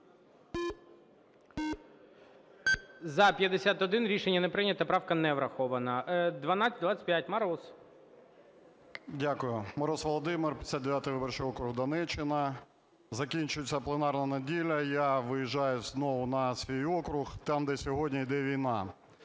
За-51 Рішення не прийнято. Правка не врахована. 1225, Мороз. 12:12:42 МОРОЗ В.В. Дякую. Мороз Володимир, 59 виборчий округ, Донеччина. Закінчується пленарна неділя, і я виїжджаю знову на свій округ, там, де сьогодні йде війна,